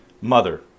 mother